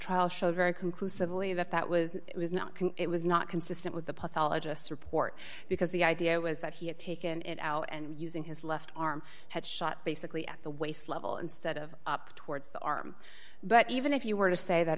trial showed very conclusively that that was it was not can it was not consistent with the pathologist report because the idea was that he had taken it out and using his left arm had shot basically at the waist level instead of up towards the arm but even if you were to say that